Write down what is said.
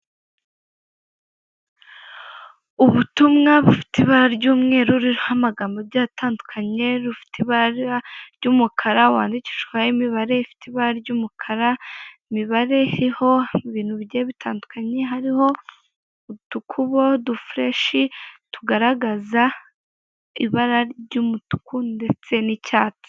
Ubutumwa bufite ibara ry'umweru ruriho amagambo agiye atandukanye rufite ibara ry'umukara wandikishwa imibare ifite ibara ry'umukara, imibare iriho ibintu bigiye bitandukanye hariho udukubo udufureshi tugaragaza ibara ry'umutuku ndetse n'icyatsi.